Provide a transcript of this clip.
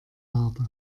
habe